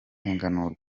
kurenganurwa